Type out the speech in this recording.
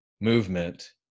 movement